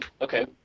okay